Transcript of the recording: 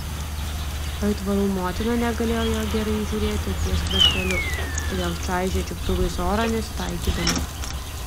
aitvarų motina negalėjo jo gerai įžiūrėti akies krašteliu todėl čaižė čiuptuvais orą nesitaikydama